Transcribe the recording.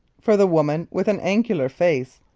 for the woman with an angular face.